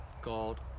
God